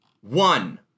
one